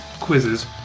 quizzes